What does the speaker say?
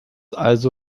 also